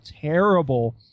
terrible